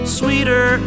sweeter